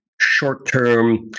short-term